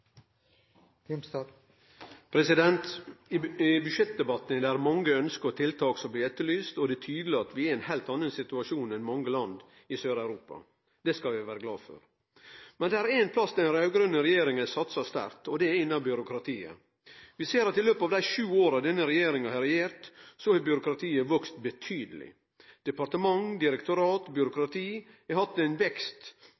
mange ønske og tiltak som blir etterlyste, og det er tydeleg at vi er i ein heilt annan situasjon enn mange land i Sør-Europa. Det skal vi vere glade for. Men det er ein plass den raud-grøne regjeringa har satsa sterkt, og det er innan byråkratiet. Vi ser at i løpet av dei sju åra denne regjeringa har regjert, har byråkratiet vakse betydeleg. Departement, direktorat,